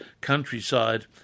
countryside